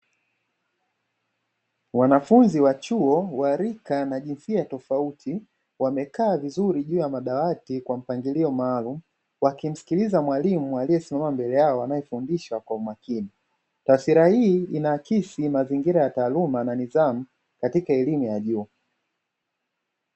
Wanafunzi wa chuo wa rika na jinsia tofauti wamekaa vizuri juu ya madawati kwa mpangilio maalumu, wakimsikiliza mwalimu aliyesimama mbele yao anayefundisha kwa makini. Taswira hii inaakisia mazingira ya taaluma na nidhamu katika elimu ya juu.